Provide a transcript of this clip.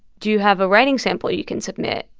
do you have a writing sample you can submit?